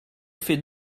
fait